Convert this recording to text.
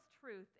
truth